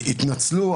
התנצלו,